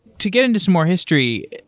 to get into some more history,